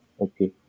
okay